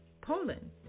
Poland